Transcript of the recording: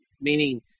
Meaning